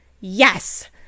yes